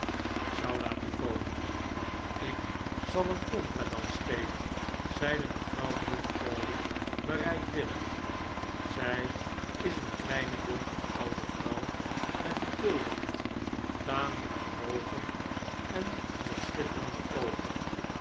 zou laten komen ik zal een contra-dans spelen zeide mevrouw bute crawley bereidwillig zij is een kleine donkere oude vrouw met een tulband tamelijk gebogen en met schitterende oogen